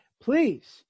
Please